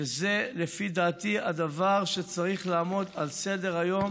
שזה לפי דעתי הדבר שצריך לעמוד על סדר-היום